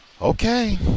okay